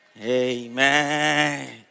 Amen